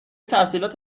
تحصیلات